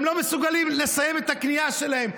הם לא מסוגלים לסיים את הקנייה שלהם,